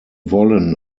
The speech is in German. wollen